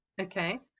Okay